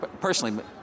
personally